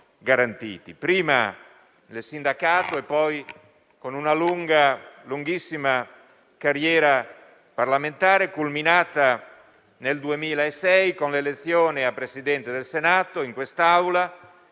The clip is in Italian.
prima nel sindacato e poi con una lunghissima carriera parlamentare culminata, nel 2006, con l'elezione a Presidente del Senato in quest'Aula.